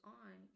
on